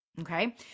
Okay